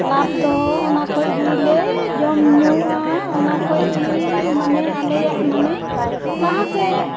ᱞᱟᱵᱷ ᱫᱚ ᱚᱱᱟ ᱠᱷᱚᱱ ᱜᱮᱞᱮ ᱡᱚᱢ ᱧᱩᱜᱼᱟ ᱚᱱᱟ ᱠᱷᱚᱱᱜᱮ ᱢᱟᱱᱮ ᱟᱞᱮᱭᱟᱜ ᱢᱟᱱᱮ ᱞᱟᱦᱟ ᱥᱮᱫ